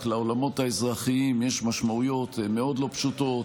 לעולמות האזרחיים יש משמעויות מאוד לא פשוטות.